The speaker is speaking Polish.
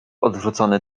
odwrócony